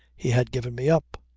he had given me up.